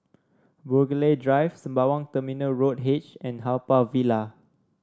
Burghley Drive Sembawang Terminal Road H and Haw Par Villa